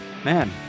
Man